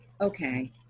okay